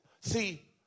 See